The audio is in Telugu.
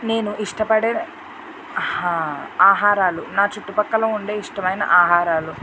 నేను ఇష్టపడే ఆహా ఆహారాలు నా చుట్టుపక్కల ఉండే ఇష్టమైన ఆహారాలు